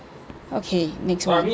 okay next one